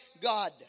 God